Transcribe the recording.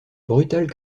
brutal